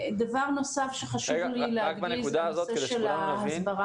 דבר נוסף שחשוב לי להדגיש הוא נושא ההסברה.